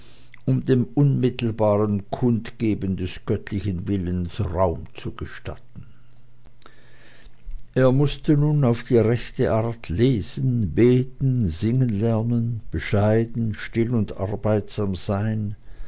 um dem unmittelbaren kundgeben des göttlichen willens raum zu gestatten er mußte nun auf die rechte art lesen beten singen lernen bescheiden still und arbeitsam sein